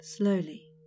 Slowly